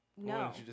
No